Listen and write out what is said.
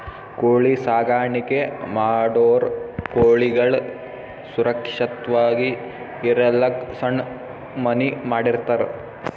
ಕೋಳಿ ಸಾಕಾಣಿಕೆ ಮಾಡೋರ್ ಕೋಳಿಗಳ್ ಸುರಕ್ಷತ್ವಾಗಿ ಇರಲಕ್ಕ್ ಸಣ್ಣ್ ಮನಿ ಮಾಡಿರ್ತರ್